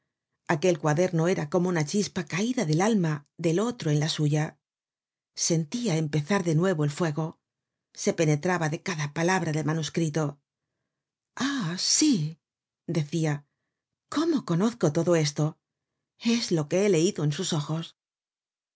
la abrasaba aquel cuaderno era como una chispa caida del alma del otro en la suya sentia empezar de nuevo el fuego se penetraba de cada palabra del manuscrito ah sí decia cómo conozco todo esto es lo que he leido en sus ojos